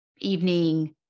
evening